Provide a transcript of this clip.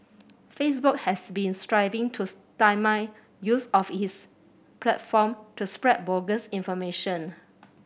facebook has been striving to stymie use of its platform to spread bogus information